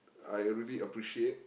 I really appreciate